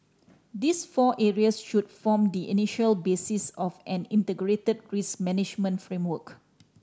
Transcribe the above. these four areas should form the initial basis of an integrated risk management framework